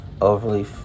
overly